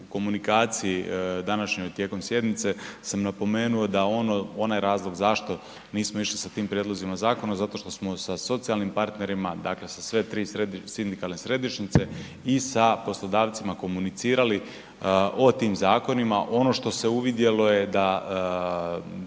komunikaciji današnjoj tijekom sjednice sam napomenuo da onaj razlog zašto nismo išli sa tim prijedlozima zakona zato što smo sa socijalnim partnerima dakle sa sve tri sindikalne središnje i sa poslodavcima komunicirali o tim zakonima. Ono što se uvidjelo da